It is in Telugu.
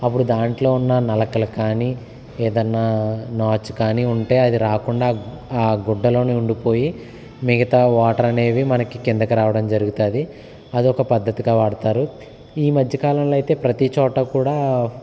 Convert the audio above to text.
అప్పుడు దాంట్లో ఉన్న నలకలు కానీ ఏదన్నా నాచు కానీ ఉంటే అది రాకుండా ఆ గుడ్డలోనే ఉండిపోయి మిగతా వాటర్ అనేది మనకి కిందకు రావడం జరుగుతుంది అదొక పద్ధతిగా వాడుతారు ఈ మధ్యకాలంలో అయితే ప్రతి చోట కూడా